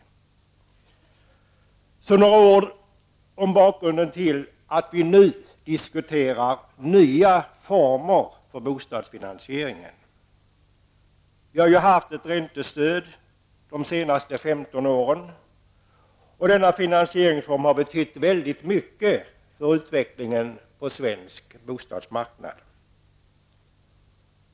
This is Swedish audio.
Så några ord om bakgrunden till att vi nu diskuterar nya former för bostadsfinansieringen. Vi har ju haft ett räntestöd de senaste 15 åren, och denna finansieringsform har betytt väldigt mycket för utvecklingen på svensk bostadsmarknad.